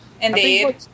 Indeed